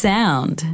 Sound